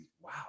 wow